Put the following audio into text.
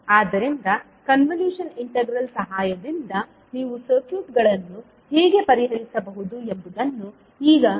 ಆದ್ದರಿಂದ convolution integral ಸಹಾಯದಿಂದ ನೀವು ಸರ್ಕ್ಯೂಟ್ಗಳನ್ನು ಹೇಗೆ ಪರಿಹರಿಸಬಹುದು ಎಂಬುದನ್ನು ಈಗ ನೀವು ಅರ್ಥಮಾಡಿಕೊಳ್ಳಬಹುದು